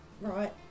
right